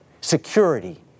Security